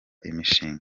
imishinga